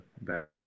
Back